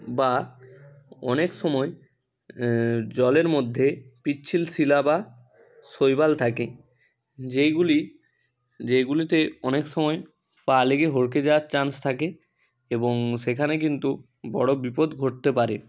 বা অনেক সময় জলের মধ্যে পিচ্ছিল শিলা বা শৈবাল থাকে যেইগুলি যেইগুলিতে অনেক সময় পা লেগে হরকে যাওয়ার চান্স থাকে এবং সেখানে কিন্তু বড় বিপদ ঘটতে পারে